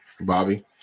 Bobby